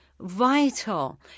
vital